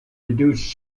reduce